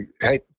hey